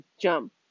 jump